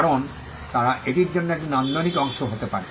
কারণ তারা এটির জন্য একটি নান্দনিক অংশ হতে পারে